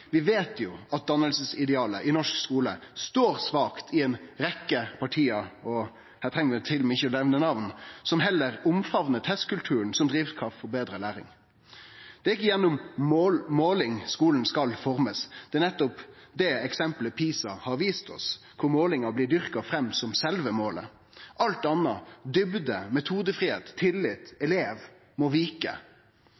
Vi veit jo at danningsidealet i norsk skule står svakt i ei rekkje parti – vi treng til og med ikkje å nemne namn – som heller omfamnar testkulturen som drivkraft for betre læring. Det er ikkje gjennom måling at skulen skal bli forma. Det er nettopp det som eksemplet PISA har vist oss, kor målingar blir dyrka fram som sjølve målet. Alt anna